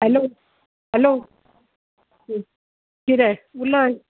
hello hello कितें उलय